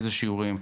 איזה שיעורים.